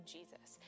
Jesus